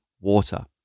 water